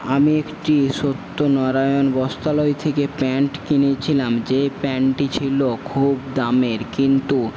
আমি একটি সত্যনারায়ণ বস্ত্রালয় থেকে প্যান্ট কিনেছিলাম যে প্যানটি ছিল খুব দামের কিন্তু